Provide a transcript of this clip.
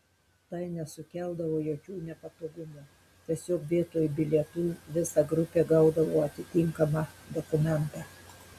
tai nesukeldavo jokių nepatogumų tiesiog vietoj bilietų visa grupė gaudavo atitinkamą dokumentą